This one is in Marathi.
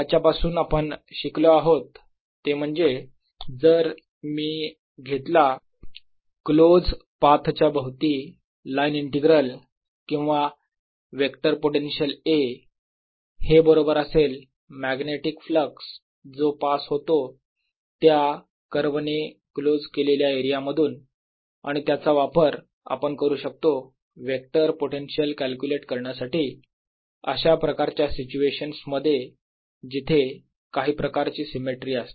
ds याच्या पासून आपण शिकलो आहोत ते म्हणजे जर मी घेतला क्लोज पाथच्या भोवती लाईन इंटीग्रल किंवा वेक्टर पोटेन्शियल A हे बरोबर असेल मॅग्नेटिक फ्लक्स जो पास होतो त्या कर्व ने क्लोज केलेल्या एरिया मधून आणि त्याचा आपण वापर करू शकतो वेक्टर पोटेन्शियल कॅल्क्युलेट करण्यासाठी अशा प्रकारच्या सिच्युएशन्स मध्ये जिथे काही प्रकारची सिमेट्री असते